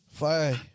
Bye